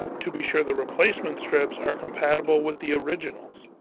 to be sure the replacement strips are compatible with the originals.